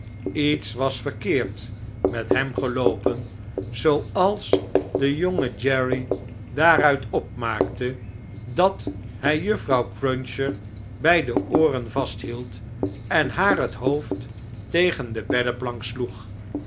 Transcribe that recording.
lets was verkeerd met hem geloopen zooalsde jonge jerry daaruit opmaakte dat hij juffrouw cruncher bfl de ooren vasthield en haar het hoofd tegen de beddeplank sloeg